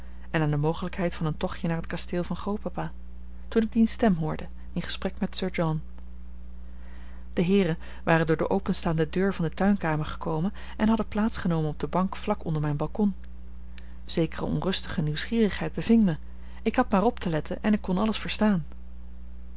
en aan de mogelijkheid van een tochtje naar het kasteel van grootpapa toen ik diens stem hoorde in gesprek met sir john de heeren waren door de openstaande deur van de tuinkamer gekomen en hadden plaats genomen op de bank vlak onder mijn balkon zekere onrustige nieuwsgierigheid beving mij ik had maar op te letten en ik kon alles verstaan